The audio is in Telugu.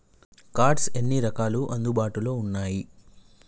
కార్డ్స్ ఎన్ని రకాలు అందుబాటులో ఉన్నయి?